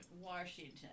Washington